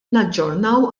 naġġornaw